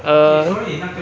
err